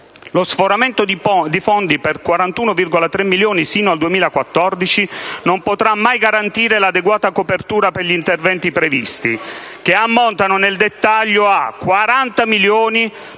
Lo sforamento di fondi per 41,3 milioni sino al 2014 non potrà mai garantire l'adeguata copertura per gli interventi previsti, che ammontano nel dettaglio a: 40 milioni